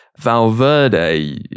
Valverde